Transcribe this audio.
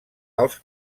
alts